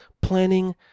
planning